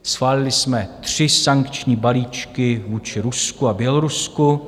Schválili jsme tři sankční balíčky vůči Rusku a Bělorusku.